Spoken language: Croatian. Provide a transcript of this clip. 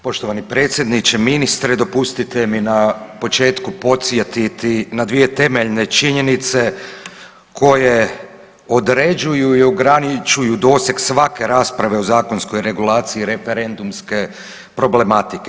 Poštovani predsjedniče, ministre, dopustite mi na početku podsjetiti na dvije temeljne činjenice koje određuju i ograničuju doseg svake rasprave o zakonskoj regulaciji referendumske problematike.